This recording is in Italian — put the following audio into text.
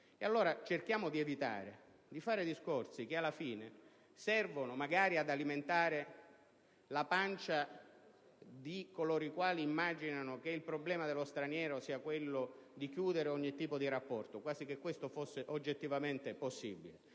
allora di evitare discorsi che, alla fine, servono magari ad alimentare la pancia di coloro che immaginano che il problema con lo straniero sia quello di chiudere ogni tipo di rapporto, quasi che questo fosse oggettivamente possibile,